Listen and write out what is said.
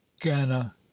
gana